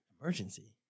Emergency